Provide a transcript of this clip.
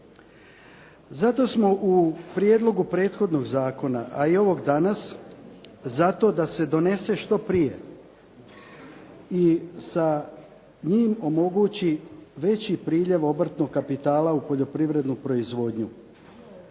Zato smo u prijedlogu prethodnog zakona, a i ovog danas zato da se donese što prije. I sa njim omogući veći priljev obrtnog kapitala u poljoprivrednu proizvodnju,